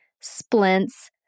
splints